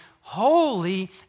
holy